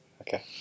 Okay